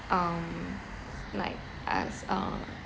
um like ask uh